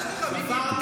מה יש לך, מיקי?